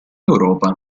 europa